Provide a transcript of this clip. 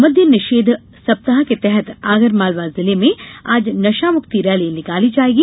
मद्य निषेध सप्ताह के तहत आगरमालवा जिले में आज नशामुक्ति रैली निकाली जायेगी